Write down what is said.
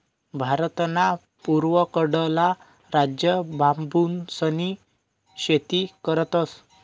भारतना पूर्वकडला राज्य बांबूसनी शेती करतस